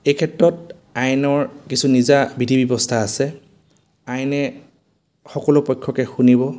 এইক্ষেত্ৰত আইনৰ কিছু নিজা বিধি ব্যৱস্থা আছে আইনে সকলো পক্ষকে শুনিব